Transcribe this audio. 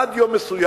עד יום מסוים